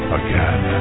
again